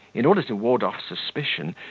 in order to ward off suspicion,